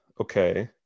Okay